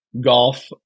golf